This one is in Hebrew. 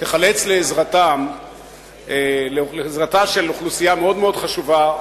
תיחלץ לעזרתה של אוכלוסייה מאוד מאוד חשובה,